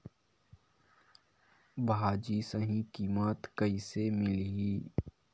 भाजी सही कीमत कइसे मिलही?